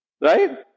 right